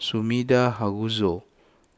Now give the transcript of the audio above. Sumida Haruzo